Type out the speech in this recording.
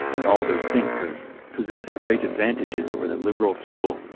and all those thinkers possess great advantages over the liberal school,